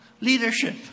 leadership